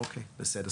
אוקיי, בסדר.